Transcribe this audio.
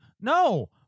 No